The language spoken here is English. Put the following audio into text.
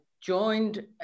joined